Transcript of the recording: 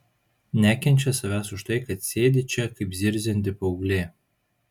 nekenčia savęs už tai kad sėdi čia kaip zirzianti paauglė